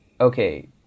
okay